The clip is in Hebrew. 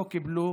לא קיבלו